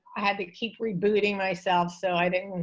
i had to keep rebooting myself so i didn't.